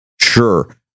sure